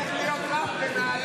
רוצה להיות רב בנהלל?